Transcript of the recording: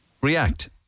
react